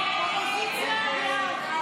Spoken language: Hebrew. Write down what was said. הסתייגות 10